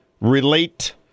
relate